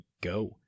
go